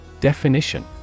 Definition